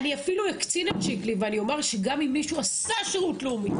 אני אפילו אקצין את שיקלי ואומר שגם אם מישהו עשה שירות לאומי,